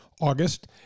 August